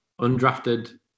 Undrafted